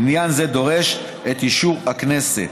עניין זה דורש את אישור הכנסת.